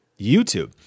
YouTube